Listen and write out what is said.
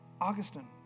Augustine